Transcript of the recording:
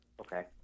Okay